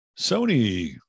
Sony